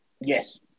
Yes